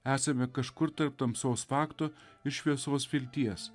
esame kažkur tarp tamsos fakto ir šviesos vilties